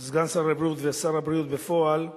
סגן שר הבריאות ושר הבריאות בפועל,